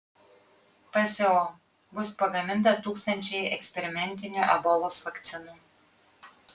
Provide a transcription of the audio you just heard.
pso bus pagaminta tūkstančiai eksperimentinių ebolos vakcinų